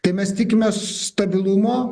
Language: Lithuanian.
tai mes tikimės stabilumo